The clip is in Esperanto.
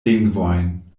lingvojn